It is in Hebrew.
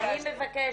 אני מבקשת,